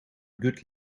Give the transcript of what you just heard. good